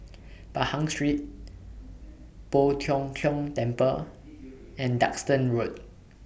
Pahang Street Poh Tiong Kiong Temple and Duxton Road